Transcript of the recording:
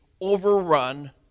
overrun